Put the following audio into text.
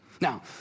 Now